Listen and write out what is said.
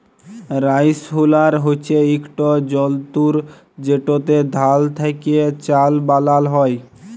rice huller হছে ইকট যল্তর যেটতে ধাল থ্যাকে চাল বালাল হ্যয়